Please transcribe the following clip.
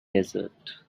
desert